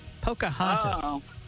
Pocahontas